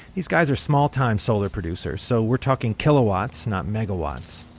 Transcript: these guys are small-time solar producers, so we're talking kilowatts, not megawatts.